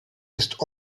ist